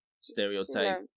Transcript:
stereotype